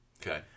Okay